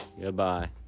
Goodbye